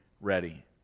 ready